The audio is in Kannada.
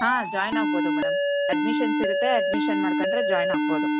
ಹಾಂ ಜಾಯ್ನ್ ಆಗ್ಬೌದು ಮೇಡಮ್ ಅಡ್ಮಿಷನ್ಸ್ ಇರುತ್ತೆ ಅಡ್ಮಿಷನ್ ಮಾಡ್ಕೊಂಡ್ರೆ ಜಾಯ್ನ್ ಆಗ್ಬೌದು